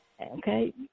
okay